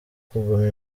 kuguma